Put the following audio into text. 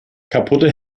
kaputte